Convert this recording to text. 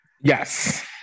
yes